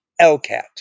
LCAT